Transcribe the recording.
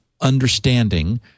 understanding